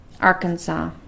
Arkansas